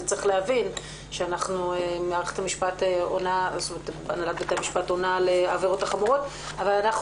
צריך להבין שהנהלת בתי המשפט עונה בעניין העבירות החמורות אבל אנחנו